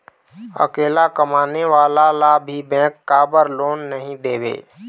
अकेला कमाने वाला ला भी बैंक काबर लोन नहीं देवे?